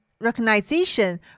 recognition